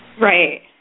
Right